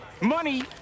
Money